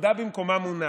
כבודה במקומם מונח,